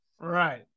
Right